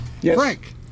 Frank